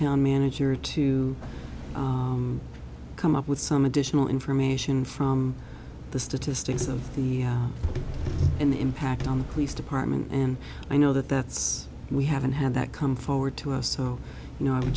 town manager to come up with some additional information from the statistics of the impact on the police department and i know that that's we haven't had that come forward to us so you know